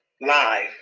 live